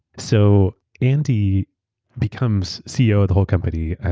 so andy becomes ceo of the whole company.